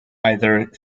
either